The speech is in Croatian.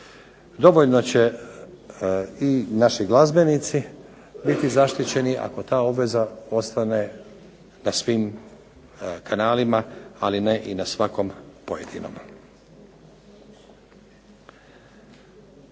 Dovoljno će i naši glazbenici biti zaštićeni ako ta obveza postane na svim kanalima, ali ne i na svakom pojedinom.